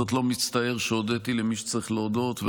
אני בכל זאת לא מצטער שהודיתי למי שצריך להודות לו,